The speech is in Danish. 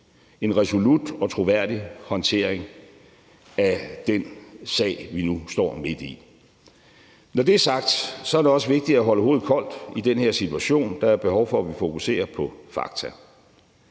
en resolut og troværdig håndtering af den sag, vi nu står midt i. Når det er sagt, er det også vigtigt at holde hovedet koldt i den her situation. Der er behov for, at vi fokuserer på fakta.